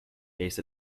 based